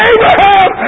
Abraham